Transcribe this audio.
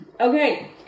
Okay